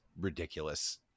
ridiculous